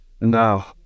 Now